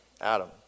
Adam